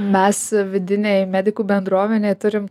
mes vidinėj medikų bendruomenėj turim